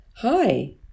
hi